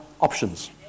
options